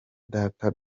data